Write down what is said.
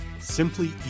simply